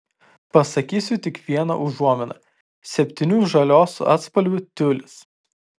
pasakysiu tik vieną užuominą septynių žalios atspalvių tiulis